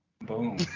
Boom